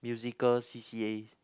musical c_c_a